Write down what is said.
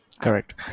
correct